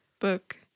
book